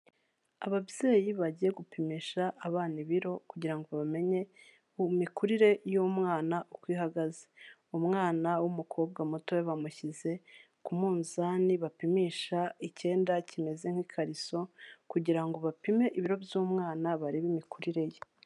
Ababyeyi bagiye gupimisha abana ibiro kugira ngo bamenye mu mikurire y'umwana uko ihagaze, umwana w'umukobwa mutoya bamushyize ku munzani bapimisha icyenda kimeze nk'ikariso, kugira ngo bapime ibiro by'umwana barebe imikurire ye.